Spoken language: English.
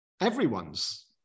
everyone's